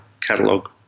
catalog